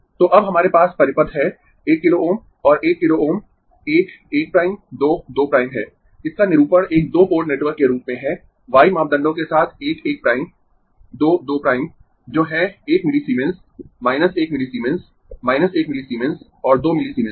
तो अब हमारे पास परिपथ है 1 किलो Ω और 1 किलो Ω 1 1 प्राइम 2 2 प्राइम है इसका निरूपण एक दो पोर्ट नेटवर्क के रूप में है y मापदंडों के साथ 1 1 प्राइम 2 2 प्राइम जो हैं 1 मिलीसीमेंस 1 मिलीसीमेंस 1 मिलीसीमेंस और 2 मिलीसीमेंस